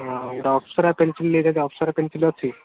ହଁ ଗୋଟେ ଅପ୍ସରା ପେନ୍ସିଲ୍ ନେଇଥାଆନ୍ତି ଅପ୍ସରା ପେନ୍ସିଲ୍ ଅଛି